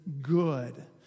good